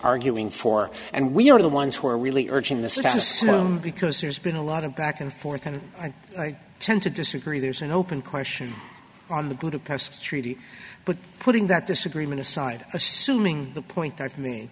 argue in for and we are the ones who are really urging this is because there's been a lot of back and forth and i tend to disagree there's an open question on the glucose treaty but putting that disagreement aside assuming the point that i me